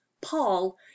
paul